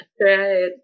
Right